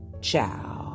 Ciao